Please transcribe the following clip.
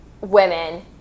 women